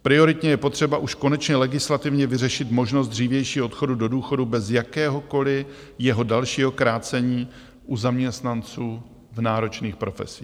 Prioritně je potřeba už konečně legislativně vyřešit možnost dřívějšího odchodu do důchodu bez jakéhokoliv jeho dalšího krácení u zaměstnanců v náročných profesích.